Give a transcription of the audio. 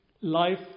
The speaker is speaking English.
life